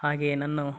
ಹಾಗೆಯೇ ನನ್ನ